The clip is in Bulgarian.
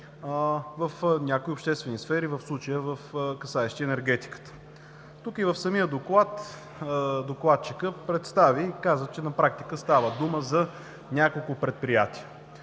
в някои обществени сфери, в случая касаещи енергетиката. В самия доклад, който докладчикът представи, каза, че на практика става дума за няколко предприятия.